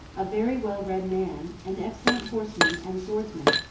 a very well read man, an excellent horseman and swordsman,